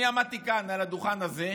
אני עמדתי כאן, על הדוכן הזה,